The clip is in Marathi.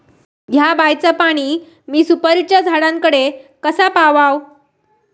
हया बायचा पाणी मी सुपारीच्या झाडान कडे कसा पावाव?